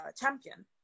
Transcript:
champion